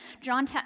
John